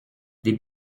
des